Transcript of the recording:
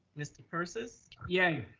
mr. persis. yeah.